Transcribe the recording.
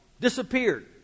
Disappeared